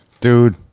Dude